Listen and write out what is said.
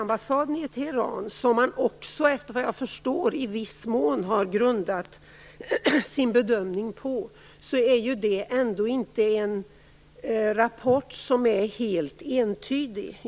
Man har såvitt jag förstår i viss mån grundat sin bedömning också på en rapport från den svenska ambassaden i Teheran. Denna rapport är dock inte helt entydig.